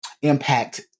impact